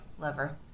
lover